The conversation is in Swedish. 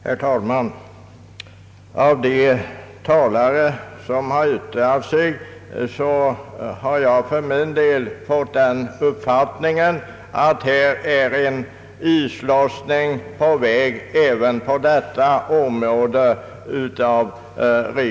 Herr talman! Av de anföranden som hållits har jag fått den uppfattningen att en islossning är på väg även på detta område.